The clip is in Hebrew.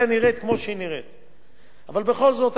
אבל בכל זאת, אני חייב להודות לרג'ואן